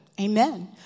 Amen